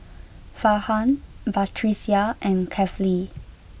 Farhan Batrisya and Kefli